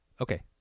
Okay